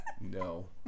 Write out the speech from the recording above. No